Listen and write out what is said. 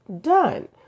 done